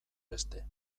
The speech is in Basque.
beste